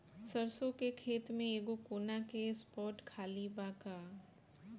सरसों के खेत में एगो कोना के स्पॉट खाली बा का?